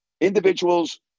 Individuals